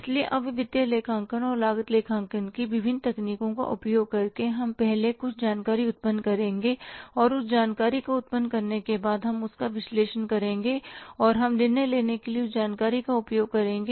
इसलिए अब वित्तीय लेखांकन और लागत लेखांकन की विभिन्न तकनीकों का उपयोग करके हम पहले कुछ जानकारी उत्पन्न करेंगे और उस जानकारी को उत्पन्न करने के बाद हम इसका विश्लेषण करेंगे और हम निर्णय लेने के लिए उस जानकारी का उपयोग करेंगे